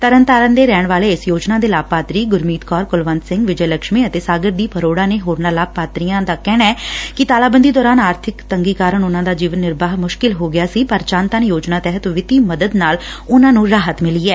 ਤਰਨਤਾਰਨ ਦੇ ਰਹਿਣ ਵਾਲੇ ਇਸ ਯੋਜਨਾ ਦੇ ਲਾਭਪਾਤਰੀ ਗਰਮੀਤ ਕੌਰ ਕੁਲਵੰਤ ਸੰਘ ਵਿਜੈ ਲਕੱਸ਼ਮੀ ਅਤੇ ਸਾਗਰਦੀਪ ਅਰੋਤਾ ਅਤੇ ਹੋਰਨਾਂ ਲਾਭਪਾਤਰੀਆਂ ਦਾ ਕਹਿਣੈ ਕਿ ਤਾਲਾਬੰਦੀ ਦੌਰਾਨ ਆਰਬਿਕ ਤੰਗੀ ਕਾਰਨ ਉਨਾਂ ਦਾ ਜੀਵਨ ਨਿਰਬਾਹ ਮੁਸ਼ਕਿਲ ਹੋ ਗਿਐ ਪਰ ਜਨ ਧਨ ਯੋਜਨਾ ਤਹਿਤ ਵਿੱਤੀ ਮਦਦ ਨਾਲ ਉਨ੍ਹਾਂ ਨੂੰ ਰਾਹਤ ਮਿਲੀ ਐ